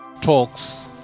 talks